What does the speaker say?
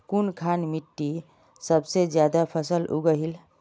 कुनखान मिट्टी सबसे ज्यादा फसल उगहिल?